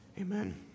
Amen